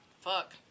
fuck